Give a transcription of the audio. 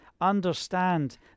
understand